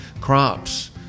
crops